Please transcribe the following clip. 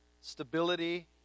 stability